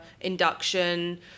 induction